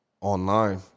online